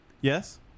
Yes